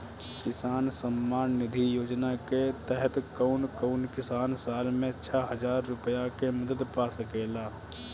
किसान सम्मान निधि योजना के तहत कउन कउन किसान साल में छह हजार रूपया के मदद पा सकेला?